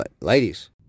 ladies